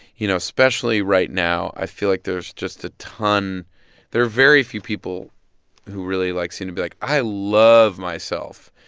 you know, especially right now, i feel like there's just a ton there are very few people who really, like, seem to be like, i love myself.